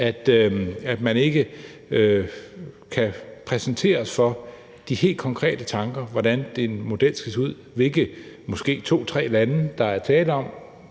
at man ikke kan præsenteres for de helt konkrete tanker om, hvordan den model skal se ud, hvilke måske to-tre lande der er tale om,